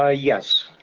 ah yes.